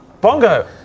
Bongo